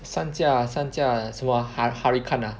三驾三驾什么 ha~ Huracan ah